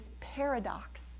paradox